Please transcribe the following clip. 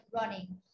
running